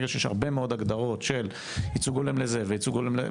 ברגע שיש הרבה מאוד הגדרות של ייצוג הולם לזה וייצוג הולם לזה,